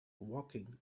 walking